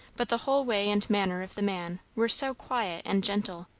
but the whole way and manner of the man were so quiet and gentle,